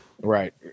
Right